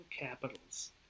Capitals